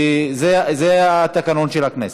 וזה התקנון של הכנסת.